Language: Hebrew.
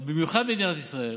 ובמיוחד מדינת ישראל,